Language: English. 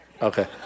okay